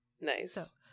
Nice